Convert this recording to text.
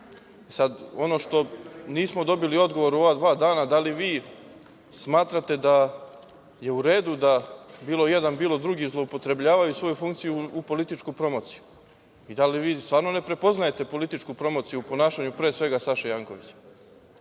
na šta nismo dobili odgovor u ova dva dana, da li vi smatrate da je u redu da bilo jedan, bilo drugi zloupotrebljavaju svoju funkciju u političku promociju? Da li vi stvarno ne prepoznajete političku promociju u ponašanju pre svega Saše